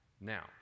Now